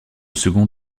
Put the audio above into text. second